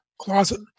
closet